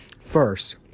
first